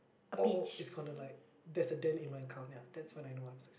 oh it's gonna like that's a dent in my account ya that's when I know I'm